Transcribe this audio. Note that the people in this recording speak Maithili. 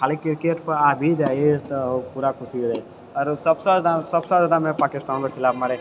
खाली क्रिकेटपर आ भी जाइए तऽ पूरा खुशी हो जाइए आरो सभसँ जादा सभसँ जादामे पाकिस्तानके खिलाफ मारैय